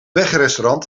wegrestaurant